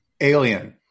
Alien